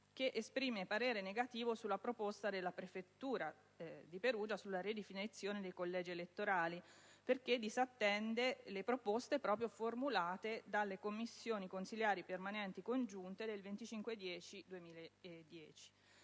che esprime parere negativo sulla proposta della prefettura di Perugia in merito alla ridefinizione dei collegi elettorali, in quanto disattende le proposte formulate dalle Commissioni consiliari permanenti congiunte il 25